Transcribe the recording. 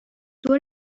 دور